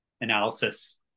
analysis